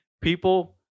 People